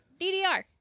DDR